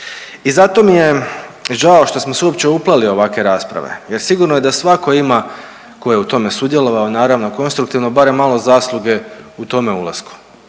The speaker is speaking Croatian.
I zato mi je žao što smo se uopće upleli u ovakve rasprave, jer sigurno je da svatko ima tko je u tome sudjelovao naravno konstruktivno barem malo zasluge u tome ulasku.